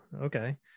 okay